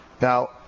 Now